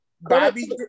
Bobby